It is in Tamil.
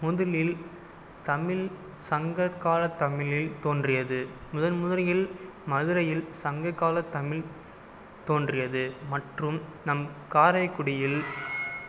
முந்திலில் தமிழ் சங்கக்கால தமிழில் தோன்றியது முதன்முதலில் மதுரையில் சங்கக்கால தமிழ் தோன்றியது மற்றும் நம் காரைக்குடியில்